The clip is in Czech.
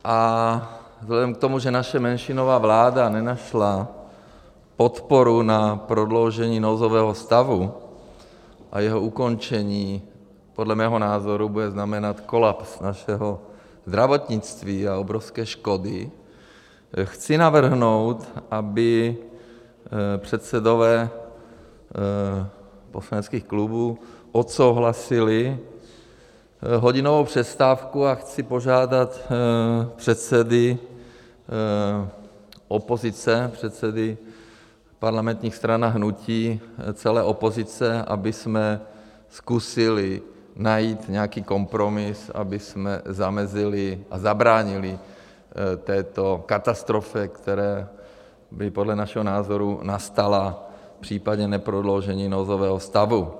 Vzhledem k tomu, že naše menšinová vláda nenašla podporu na prodloužení nouzového stavu a jeho ukončení podle mého názoru bude znamenat kolaps našeho zdravotnictví a obrovské škody, chci navrhnout, aby předsedové poslaneckých klubů odsouhlasili hodinovou přestávku, a chci požádat předsedy opozice, předsedy parlamentních stran a hnutí celé opozice, abychom zkusili najít nějaký kompromis, abychom zamezili a zabránili této katastrofě, která by podle našeho názoru nastala v případě neprodloužení nouzového stavu.